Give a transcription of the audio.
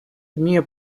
вміє